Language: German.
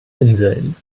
inseln